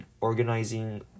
organizing